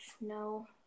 no